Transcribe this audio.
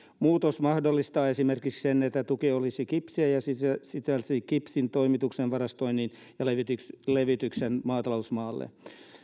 muutos mahdollistaa esimerkiksi sen että tuki olisi kipsiä ja sisältäisi kipsin toimituksen varastoinnin ja levityksen levityksen maatalousmaalle